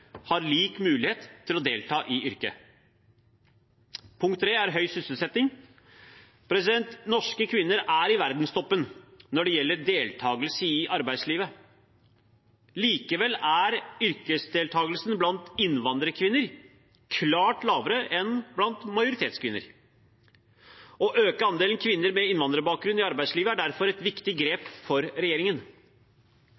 har lik mulighet til å delta i yrket. Punkt 3 er høy sysselsetting. Norske kvinner er i verdenstoppen når det gjelder deltakelse i arbeidslivet. Likevel er yrkesdeltakelsen blant innvandrerkvinner klart lavere enn blant majoritetskvinner. Å øke andelen kvinner med innvandrerbakgrunn i arbeidslivet er derfor et viktig